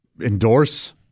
endorse